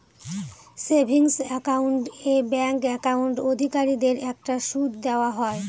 savings account এ bank account অধিকারীদের একটা সুদ দেওয়া হয়